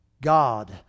God